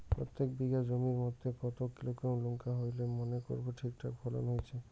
প্রত্যেক বিঘা জমির মইধ্যে কতো কিলোগ্রাম লঙ্কা হইলে মনে করব ঠিকঠাক ফলন হইছে?